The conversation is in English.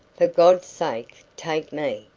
for god's sake take me,